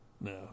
No